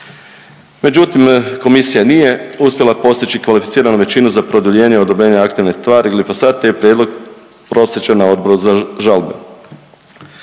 Međutim, komisija nije uspjela postići kvalificiranu većinu za produljenje odobrenja aktivne tvari glifosat te je prijedlog proslijeđen na Odboru za žalbe.